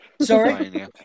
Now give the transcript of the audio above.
Sorry